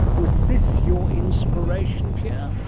was this your inspiration pierre?